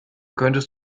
könntest